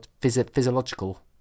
physiological